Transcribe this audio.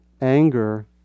anger